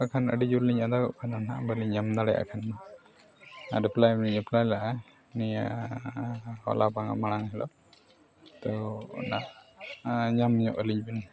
ᱵᱟᱠᱷᱟᱱ ᱟᱹᱰᱤ ᱡᱳᱨᱞᱤᱧ ᱟᱸᱫᱟᱜᱚᱜ ᱠᱟᱱᱟ ᱱᱟᱦᱟᱜ ᱵᱟᱹᱞᱤᱧ ᱧᱟᱢ ᱫᱟᱲᱮᱭᱟᱜ ᱠᱷᱟᱱ ᱢᱟ ᱟᱨ ᱢᱟᱞᱤᱧ ᱞᱮᱫᱼᱟ ᱱᱤᱭᱟᱹ ᱦᱚᱞᱟ ᱵᱟᱝ ᱢᱟᱲᱟᱝ ᱦᱤᱞᱳᱜ ᱛᱳ ᱚᱱᱟ ᱧᱟᱢᱧᱚᱜ ᱟᱹᱞᱤᱧ ᱵᱮᱱ